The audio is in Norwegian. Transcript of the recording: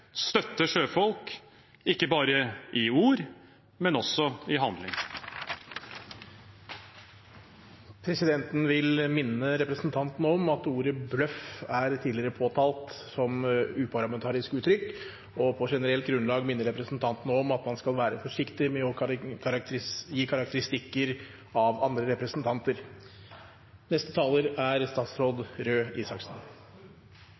støtte sjøfolk, ikke bare i ord, men også i handling. Presidenten vil minne representanten Moxnes om at ordet «bløff» er tidligere påtalt som uparlamentarisk uttrykk, og på generelt grunnlag minne representanten om at man skal være forsiktig med å gi karakteristikker av andre representanter. Det er ikke galt å være selskapshund. Neste taler er